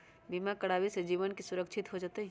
बीमा करावे से जीवन के सुरक्षित हो जतई?